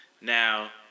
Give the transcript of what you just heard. Now